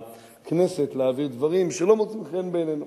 הכנסת להעביר דברים שלא מוצאים חן בעינינו,